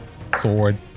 sword